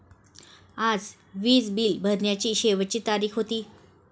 आज वीज बिल भरण्याची शेवटची तारीख होती